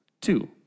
Two